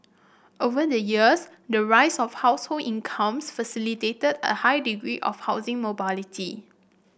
over the years the rise of household incomes facilitated a high degree of housing mobility